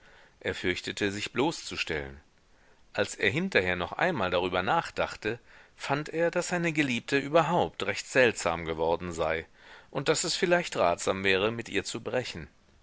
er fürchtete sich bloßzustellen als er hinterher noch einmal darüber nachdachte fand er daß seine geliebte überhaupt recht seltsam geworden sei und daß es vielleicht ratsam wäre mit ihr zu brechen